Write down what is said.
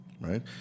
right